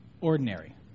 ordinary